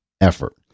effort